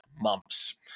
months